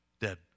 dead